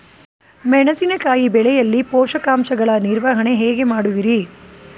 ಮೆಣಸಿನಕಾಯಿ ಬೆಳೆಯಲ್ಲಿ ಪೋಷಕಾಂಶಗಳ ನಿರ್ವಹಣೆ ಹೇಗೆ ಮಾಡುವಿರಿ?